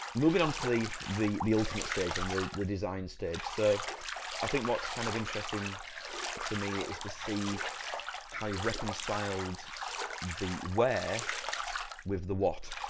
moving on to the the, the ultimate stage and then, the design stage. so i think what's kind of interesting for me is to see how you've reconciled the where with the what.